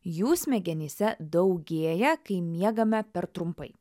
jų smegenyse daugėja kai miegame per trumpai